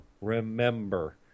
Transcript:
remember